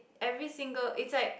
every single it's like